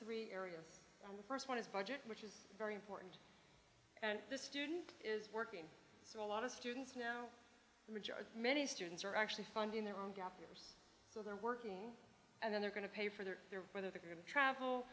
three areas on the first one is budget which is very important and the student is working so a lot of students now regard many students are actually finding their own gap years so they're working and then they're going to pay for their their whether they're going to travel